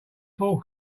full